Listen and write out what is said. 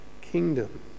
kingdom